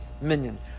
minion